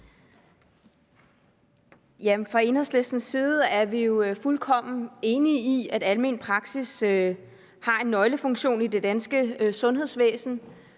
(EL): Fra Enhedslistens side er vi jo fuldkommen enige i, at almen praksis har en nøglefunktion i det danske sundhedsvæsen,